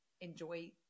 enjoy